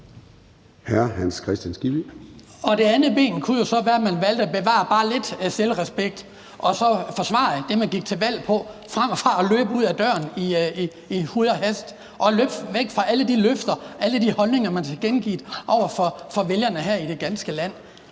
Det andet ben kunne jo så være, at man valgte at bevare bare lidt selvrespekt og forsvare det, man gik til valg på, frem for at løbe ud ad døren i huj og hast og løbe væk fra alle de løfter og alle de holdninger, man har tilkendegivet over for vælgerne her i det ganske land.